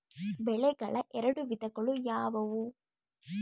ಬೆಳೆಗಳ ಎರಡು ವಿಧಗಳು ಯಾವುವು?